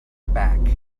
back